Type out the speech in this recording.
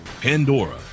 Pandora